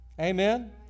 Amen